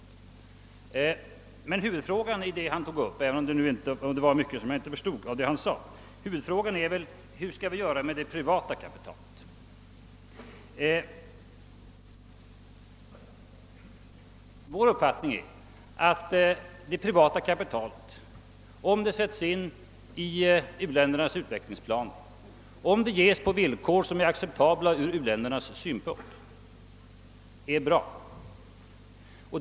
Även om det fanns mycket som jag inte förstod i herr Hellströms anförande var väl huvudfrågan däri vad vi skall göra med det privata kapitalet. Det är enligt vår uppfattning bra om det sätts in i u-ländernas utvecklingsplaner, om det ställs till förfogande på villkor som är acceptabla för u-länderna.